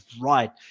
right